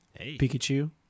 Pikachu